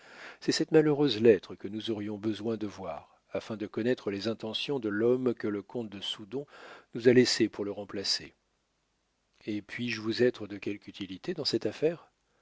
c'est cette malheureuse lettre que nous aurions besoin de voir afin de connaître les intentions de l'homme que le comte de soudon nous a laissé pour le remplacer et puis-je vous être de quelque utilité dans cette affaire